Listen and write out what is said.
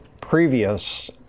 previous